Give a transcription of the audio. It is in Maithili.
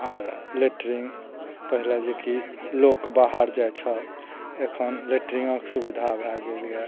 आओर लेट्रिन पहिले जेकि लोक बाहर जाइ छल एखन लेटरिंगक सुविधा भए गेल यऽ